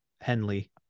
Henley